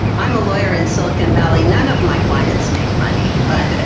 i'm a lawyer in silicon valley. none of my clients make money, but,